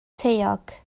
taeog